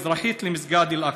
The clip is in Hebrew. מזרחית למסגד אל-אקצא.